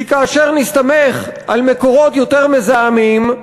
כי כאשר נסתמך על מקורות יותר מזהמים,